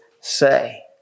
say